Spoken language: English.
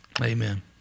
Amen